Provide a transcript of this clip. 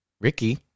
Ricky